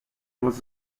was